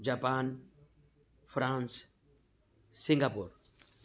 Japan France Singapore